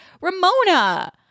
Ramona